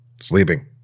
sleeping